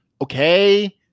okay